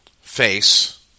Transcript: face